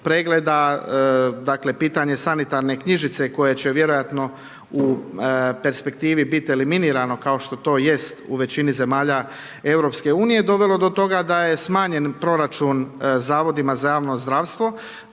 pregleda, dakle pitanje sanitarne knjižice koje će vjerojatno u perspektivi biti eliminirano kao što to jest u većini zemalja Europske unije dovelo do toga da je smanjen proračun zavodima za javno zdravstvo.